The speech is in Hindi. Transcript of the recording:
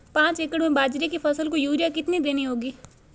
पांच एकड़ में बाजरे की फसल को यूरिया कितनी देनी होगी?